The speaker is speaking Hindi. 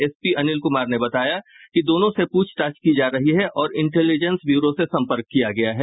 एसपी अनिल कुमार ने बताया कि दोनों से पूछताछ की जा रही है और इंटेलिजेंस ब्यूरों से संपर्क किया गया है